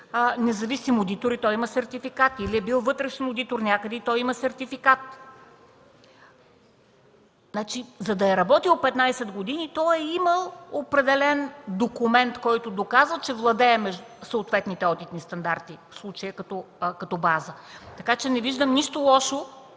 независим и има сертификат, или е бил вътрешен одитор някъде и има сертификат. За да е работил 15 години, той е имал определен документ, който доказва, че владее съответните одитни стандарти, в случая като база. Така че не виждам нищо лошо...